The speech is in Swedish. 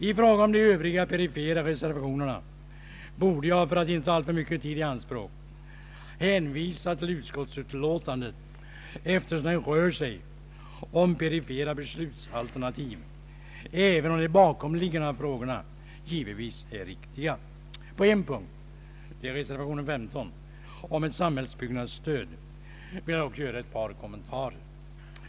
I fråga om de övriga perifera reservationerna borde jag för att inte ta alltför lång tid i anspråk hänvisa till utskottsutlåtandet, eftersom det rör sig om perifera beslutsalternativ, även om de bakomliggande frågorna givetvis är viktiga. På en punkt — det gäller reservationen 15 om ett samhällsbyggnadsstöd — vill jag dock göra ett par kommentarer.